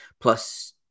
plus